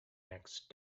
next